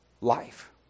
life